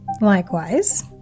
likewise